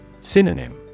Synonym